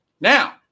now